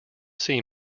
see